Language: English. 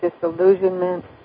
disillusionment